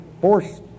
force